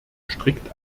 strikt